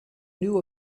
know